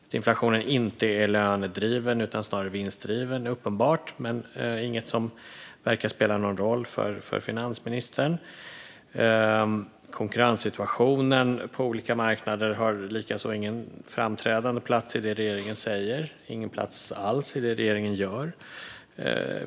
Att inflationen inte är lönedriven utan snarare vinstdriven är uppenbart, men det är inget som verkar spela någon roll för finansministern. Likaså har konkurrenssituationen på olika marknader ingen framträdande plats i det regeringen säger och ingen plats alls i det regeringen gör.